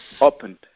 opened